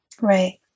Right